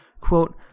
Quote